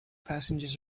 passengers